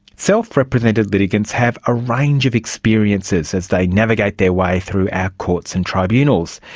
self-represented litigants have a range of experiences as they navigate their way through our courts and tribunals.